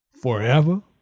forever